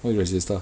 help your sister